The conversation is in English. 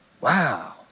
wow